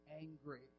angry